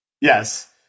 Yes